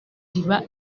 iba